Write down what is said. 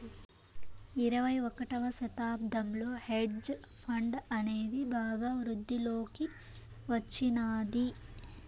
ఇరవై ఒకటవ శతాబ్దంలో హెడ్జ్ ఫండ్ అనేది బాగా వృద్ధిలోకి వచ్చినాది